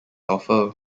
offer